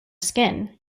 skin